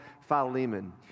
Philemon